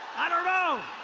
i don't know.